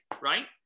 right